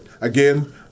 again